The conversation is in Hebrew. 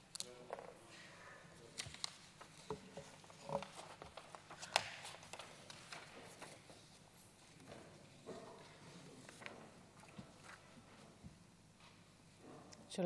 שלוש